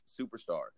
superstar